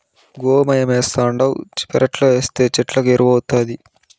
గోమయమేస్తావుండావు పెరట్లేస్తే చెట్లకు ఎరువౌతాది